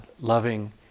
loving